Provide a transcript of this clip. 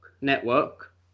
network